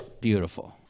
Beautiful